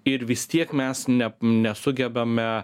ir vis tiek mes ne nesugebame